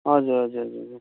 हजुर हजुर हजुर हजुर